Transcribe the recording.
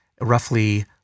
roughly